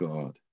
God